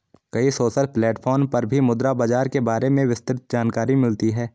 कई social platform पर भी मुद्रा बाजार के बारे में विस्तृत जानकरी मिलती है